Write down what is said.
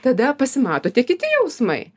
tada pasimato tie kiti jausmai